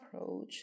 approach